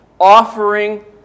offering